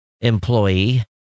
employee